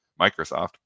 Microsoft